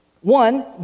One